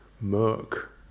murk